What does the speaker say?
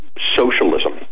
socialism